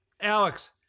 Alex